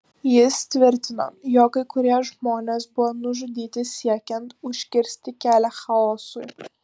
jis tvirtino jog kai kurie žmonės buvo nužudyti siekiant užkirsti kelią chaosui